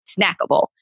snackable